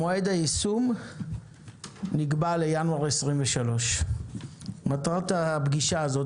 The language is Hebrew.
מועד היישום נקבע לינואר 2023. מטרת הפגישה הזאת,